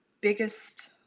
biggest